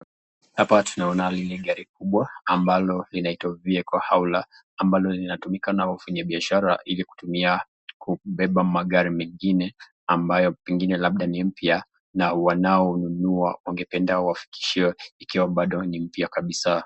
Hapa tunaona lili gari kubwa ambalo linaitwa vehicle hauler ambalo linatumika na wafanyibiashara ili kutumia kubeba magari mengine ambayo pengine labda ni mpya na wanaonunua wangependa wafikishiwe ikiwa bado ni mpya kabisa.